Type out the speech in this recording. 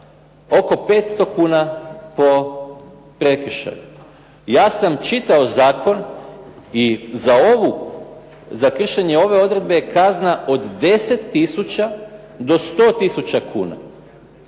oko 500 kuna po prekršaju. Ja sam čitao zakon i za ovu, za kršenje ove odredbe je kazna od 10 tisuća do 100 tisuća kuna.